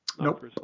Nope